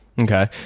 Okay